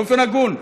באופן הגון,